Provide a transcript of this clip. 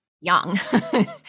young